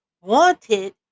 wanted